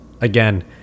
again